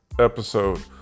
episode